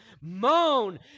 moan